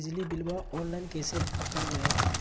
बिजली बिलाबा ऑनलाइन कैसे करबै?